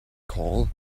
call